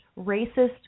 racist